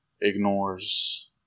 ignores